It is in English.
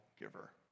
giver